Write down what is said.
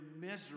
misery